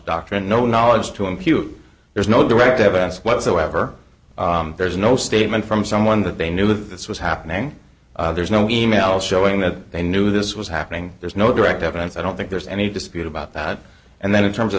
doctrine no knowledge to impute there's no direct evidence whatsoever there's no statement from someone that they knew this was happening there's no e mail showing that they knew this was happening there's no direct evidence i don't think there's any dispute about that and then in terms of